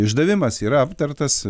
išdavimas yra aptartas